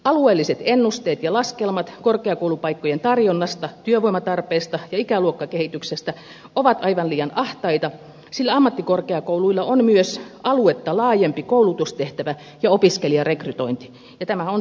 alueelliset ennusteet ja laskelmat korkeakoulupaikkojen tarjonnasta työvoimatarpeesta ja ikäluokkakehityksestä ovat aivan liian ahtaita sillä ammattikorkeakouluilla on myös aluetta laajempi koulutustehtävä ja opiskelijarekrytointi ja tämä on tosiasia